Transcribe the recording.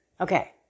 Okay